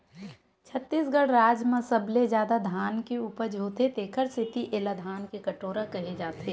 छत्तीसगढ़ राज म सबले जादा धान के उपज होथे तेखर सेती एला धान के कटोरा केहे जाथे